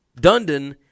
Dundon